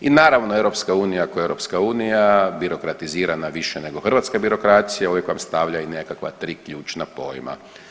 I naravno, EU kao EU, birokratizirana više nego hrvatska birokracija, uvijek vam stavlja i nekakva tri ključna pojma.